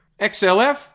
XLF